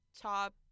top